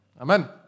Amen